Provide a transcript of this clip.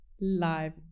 live